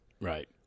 Right